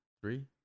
Three